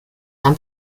han